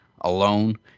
alone